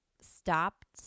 stopped